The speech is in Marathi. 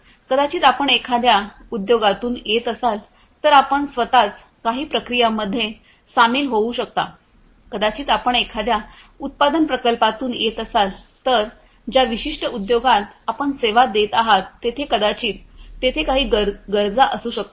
कदाचित आपण एखाद्या उद्योगातून येत असाल तर आपण स्वतःच काही प्रक्रियांमध्ये सामील होऊ शकता कदाचित आपण एखाद्या उत्पादन प्रकल्पातून येत असाल तर ज्या विशिष्ट उद्योगात आपण सेवा देत आहात तेथे कदाचित तेथे काही गरजा असू शकतात